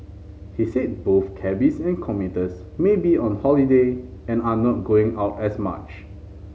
he said both cabbies and commuters may be on holiday and are not going out as much